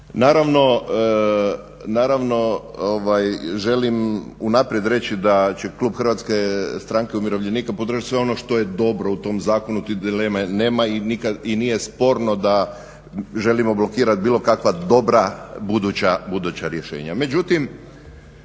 Naravno želim unaprijed reći da će Klub HSM-a podržati sve ono što je dobro u tom zakonu, te dileme nema i nije sporno da želimo blokirati bilo kakva dobra buduća rješenja.